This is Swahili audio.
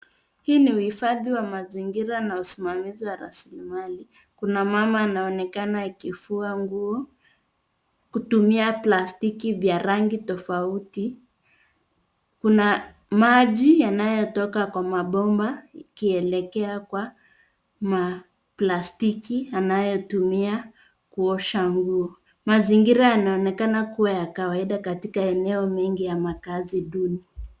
Hii ni uhifadhi wa mazingira na usimamizi wa rasilimali. Kuna mama anaonekana akifua nguo kutumia plastiki vya rangi tofauti. Kuna maji yanayotoka kwa mabomba ikielekea kwa maplastiki anayotumia kuosha nguo. Mazingira yanaonekana kuwa ya kawaida katika eneo mengi ya makaazi duni.